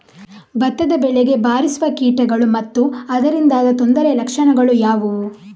ಭತ್ತದ ಬೆಳೆಗೆ ಬಾರಿಸುವ ಕೀಟಗಳು ಮತ್ತು ಅದರಿಂದಾದ ತೊಂದರೆಯ ಲಕ್ಷಣಗಳು ಯಾವುವು?